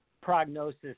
prognosis